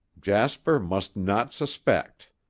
jasper must not suspect.